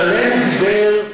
שעליהם הוא דיבר,